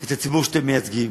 את הציבור שאתם מייצגים.